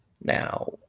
now